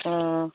অঁ